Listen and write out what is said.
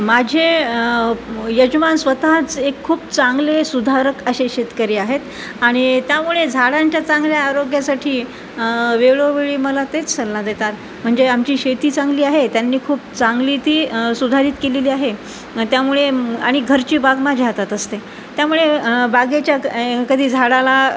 माझे यजमान स्वतःच एक खूप चांगले सुधारक असे शेतकरी आहेत आणि त्यामुळे झाडांच्या चांगल्या आरोग्यासाठी वेळोवेळी मला तेच सल्ला देतात म्हणजे आमची शेती चांगली आहे त्यांनी खूप चांगली ती सुधारित केलेली आहे त्यामुळे आणि घरची बाग माझ्या हातात असते त्यामुळे बागेच्या कधी झाडाला